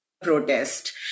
Protest